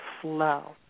flow